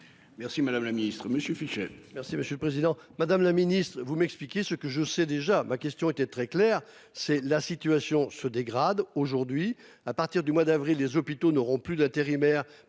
Merci, madame la Ministre, Monsieur Fischer.